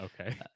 okay